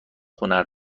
خونه